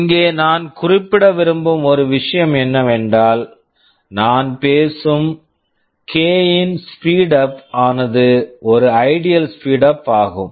இங்கே நான் குறிப்பிட விரும்பும் ஒரு விஷயம் என்னவென்றால் நான் பேசும் கே k ன் ஸ்பீடுஅப் speedup ஆனது ஒரு ஐடியல் ஸ்பீடுஅப் ideal speedup ஆகும்